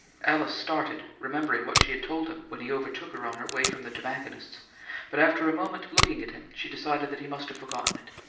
alice started, remembering what she had told him when he overtook her on her way from the tobacconist's but, after a moment, looking at him, she decided that he must have forgotten it.